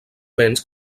vents